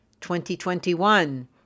2021